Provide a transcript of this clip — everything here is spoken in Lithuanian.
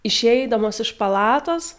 išeidamos iš palatos